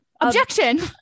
objection